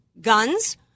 Guns